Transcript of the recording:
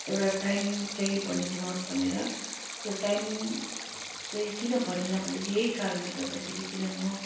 एउटा टाइम चाहिँ भनिदिनुहोस् भनेर त्यो टाइम चाहिँ किन भनेन भन्दा चाहिँ यही कारणले गर्दाखेरि किनभने म